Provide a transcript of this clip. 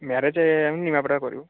marriage ଆମେ ନିମାପଡ଼ାରେ କରିବୁ